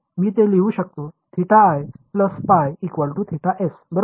मी ते लिहू शकतो θi π θs बरोबर